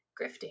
grifting